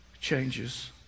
changes